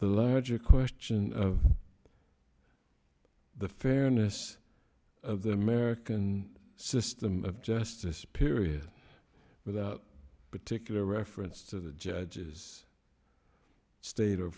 the larger question of the fairness of the american system of justice period without particular reference to the judges state or